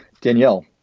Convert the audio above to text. Danielle